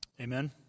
Amen